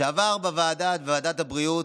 שעבר בוועדה, ועדת הבריאות,